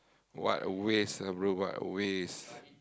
what a waste lah bro what a waste